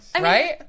Right